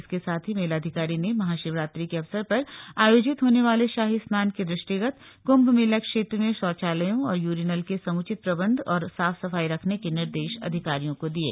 इसके साथ ही मेलाधिकारी ने महाशिवरात्रि के अवसर पर आयोजित होने वाले शाही स्नान के दृष्टिगत कुम्भ मेला क्षेत्र में शौचालयों और यूरिनल के समुचित प्रबन्ध और साफ सफाई रखने के निर्देश अधिकारियों को दिये